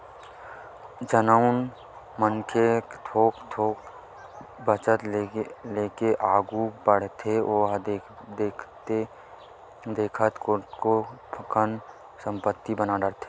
जउन मनखे ह थोक थोक बचत लेके आघू बड़थे ओहा देखथे देखत कतको कन संपत्ति बना डरथे